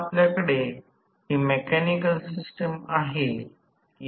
तर I प्रत्यक्षात v r1 j x1 x m हे आहे म्हणून b थेवेनिन गृहीत धरा